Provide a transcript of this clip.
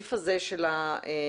הסעיף הזה של הקנס